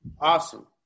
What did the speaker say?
Awesome